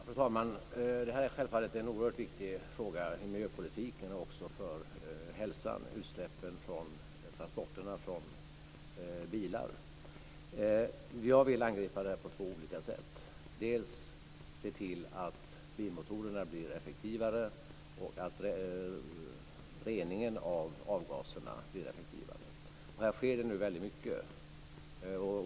Fru talman! Utsläppen från bilar är självfallet en viktig fråga i miljöpolitiken och också för hälsan. Jag vill angripa problemet på två sätt, dels se till att bilmotorerna blir effektivare, dels se till att reningen av avgaserna blir effektivare. Här sker det nu väldigt mycket.